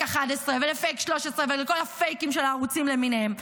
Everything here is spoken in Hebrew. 11 ולפייק 13 ולכל הפייקים של הערוצים למיניהם.